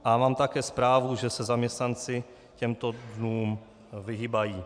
A mám také zprávu, že se zaměstnanci těmto dnům vyhýbají.